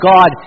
God